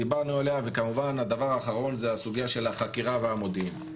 דיברנו עליה וכמובן הדבר האחרון זה הסוגייה של החקירה והמודיעין.